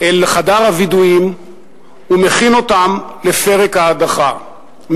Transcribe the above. אל חדר הווידויים ומכין אותם לפרק ההדחה,